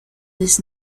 this